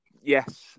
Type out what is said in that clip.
yes